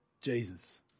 Jesus